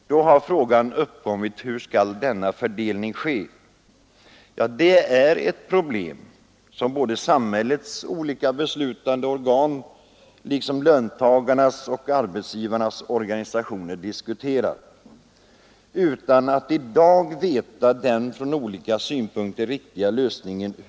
Då har frågan uppkommit hur denna fördelning skall ske. Det är ett problem som samhällets olika beslutande organ liksom löntagarnas och arbetsgivarnas organisationer diskuterar utan att i dag veta den från olika synpunkter riktiga lösningen.